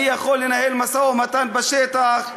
אני יכול לנהל משא-ומתן בשטח.